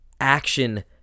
action